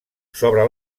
sobre